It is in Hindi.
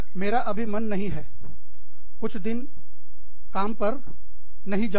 मेरा अभी मन नहीं है कुछ दिन काम पर जाने का